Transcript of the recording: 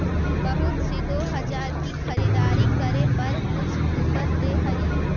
बहुत सी दो हजार की खरीदारी करे पर कुछ कूपन दे हई